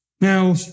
Now